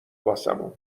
واسمون